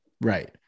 Right